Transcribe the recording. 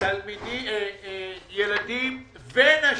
ילדים ונשים,